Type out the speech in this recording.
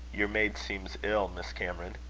your maid seems ill, miss cameron.